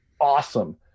awesome